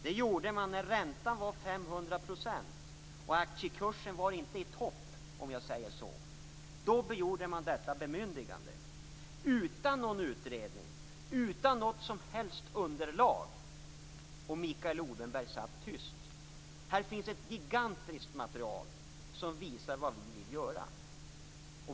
Detta gjorde man när räntan var 500 %, och aktiekursen var inte i topp, om jag säger så. Då gjorde man detta bemyndigande - utan någon utredning, utan något som helst underlag. Och Mikael Odenberg satt tyst. Här finns ett gigantiskt material som visar vad vi vill göra.